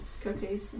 cookies